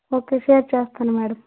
okay share చేస్తాను madam